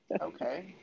Okay